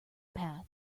path